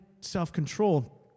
self-control